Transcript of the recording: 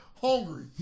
Hungry